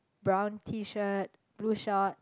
brown T shirt blue short